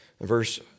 verse